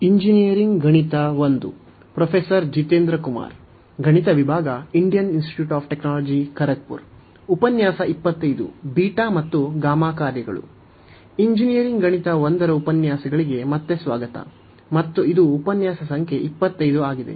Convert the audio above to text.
engineering ಗಣಿತ 1 ರ ಉಪನ್ಯಾಸಗಳಿಗೆ ಮತ್ತೆ ಸ್ವಾಗತ ಮತ್ತು ಇದು ಉಪನ್ಯಾಸ ಸಂಖ್ಯೆ 25 ಆಗಿದೆ